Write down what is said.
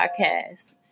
podcast